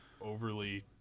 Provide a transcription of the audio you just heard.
overly